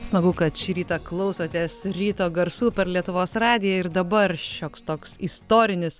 smagu kad šį rytą klausotės ryto garsų per lietuvos radiją ir dabar šioks toks istorinis